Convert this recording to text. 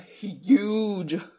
huge